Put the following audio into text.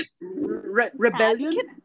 rebellion